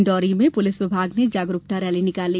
डिंडौरी में पुलिस विभाग ने जागरूकता रैली निकाली